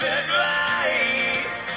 advice